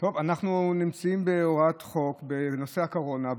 אנחנו נמצאים בהוראת חוק בנושא הקורונה,